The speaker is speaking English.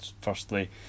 firstly